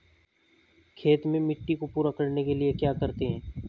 खेत में मिट्टी को पूरा करने के लिए क्या करते हैं?